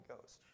Ghost